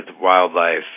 wildlife